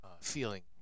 Feeling